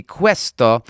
questo